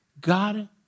God